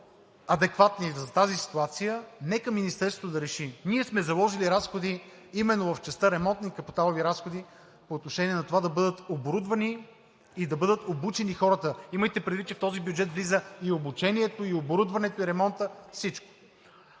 по-адекватни за тази ситуация, нека Министерството да реши. Ние сме заложили разходи именно в частта „Ремонтни капиталови разходи“ и по отношение на това да бъдат оборудвани и да бъдат обучени хората. Имайте предвид, че в този бюджет влиза и обучението, и оборудването, и ремонтът – всичко.